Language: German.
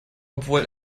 obwohl